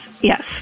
Yes